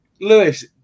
Lewis